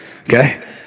Okay